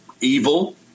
evil